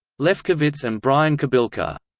lefkowitz and brian kobilka